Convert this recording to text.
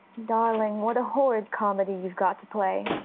darling, what a horrid comedy you've got to play!